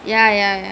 the